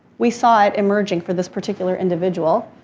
we saw it emerging for this particular individual.